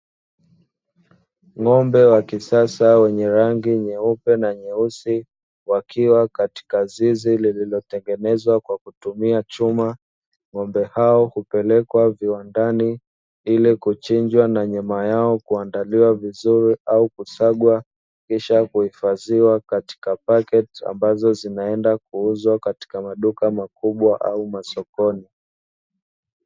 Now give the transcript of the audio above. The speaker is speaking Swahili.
Ng'ombe wa kisasa wenye rangi nyeupe na nyeusi wakiwa katika zizi lililotengenezwa kwa kutumia chuma. Ng'ombe hao hupelekwa viwandani ili kuchinjwa, na nyama yao huandaliwa vizuri au kusagwa, kisha kuhifadhiwa katika pakiti ambazo hupelekwa kuuzwa katika maduka makubwa au masokoni.